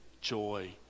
joy